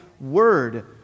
Word